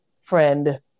friend